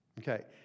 Okay